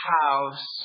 house